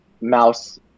mouse